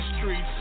streets